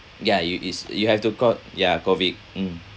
ya you is you have to call ya COVID mm